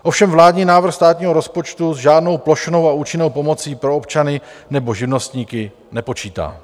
Ovšem vládní návrh státního rozpočtu s žádnou plošnou a účinnou pomocí pro občany nebo živnostníky nepočítá.